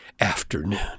afternoon